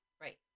right